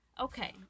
Okay